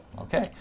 okay